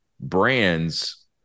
brands